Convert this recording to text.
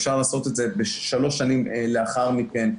ואפשר לעשות את זה שלוש שנים לאחר מכן.